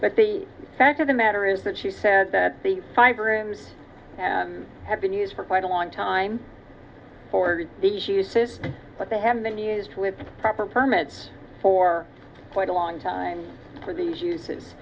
but the fact of the matter is that she said that the five rooms have been used for quite a long time forward she uses but they have been used with proper permits for quite a long time for these